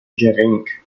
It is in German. gering